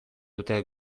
dute